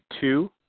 two